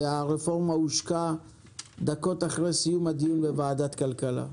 והרפורמה הושקה דקות אחרי סיום הדיון בוועדת כלכלה.